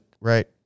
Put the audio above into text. right